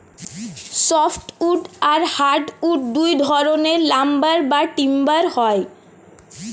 soft wood আর hard wood দুই ধরনের লাম্বার বা টিম্বার হয়